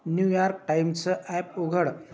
New York टाइमचं app उघड